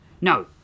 No